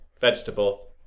Vegetable